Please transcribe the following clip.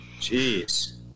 Jeez